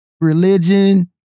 religion